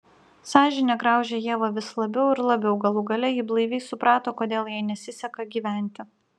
sąžinė graužė ievą vis labiau ir labiau galų gale ji blaiviai suprato kodėl jai nesiseka gyventi